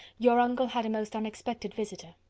your uncle had a most unexpected visitor.